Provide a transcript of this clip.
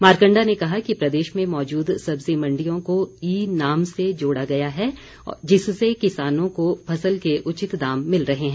मारकण्डा ने कहा कि प्रदेश में मौजूद सब्जी मण्डियों को ई नाम से जोड़ा गया है जिससे किसानों को फसल के उचित दाम मिल रहे हैं